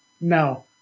No